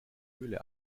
höhle